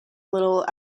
little